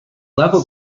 level